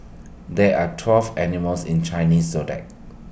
there are twelve animals in Chinese Zodiac